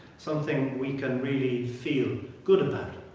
something we can really feel good about.